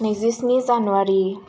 नैजिस्नि जानुवारि